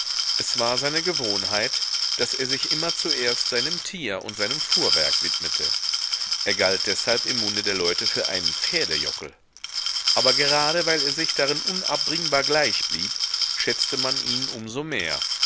es war seine gewohnheit daß er sich immer zuerst seinem tier und seinem fuhrwerk widmete er galt deshalb im munde der leute für einen pferdejockel aber gerade weil er sich darin unabbringbar gleichblieb schätzte man ihn um so mehr